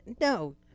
no